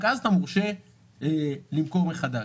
רק אז אתה מורשה למכור מחדש.